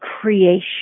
creation